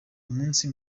umunsi